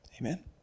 Amen